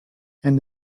and